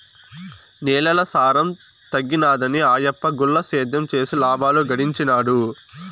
నేలల సారం తగ్గినాదని ఆయప్ప గుల్ల సేద్యం చేసి లాబాలు గడించినాడు